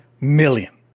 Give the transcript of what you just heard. million